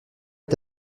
est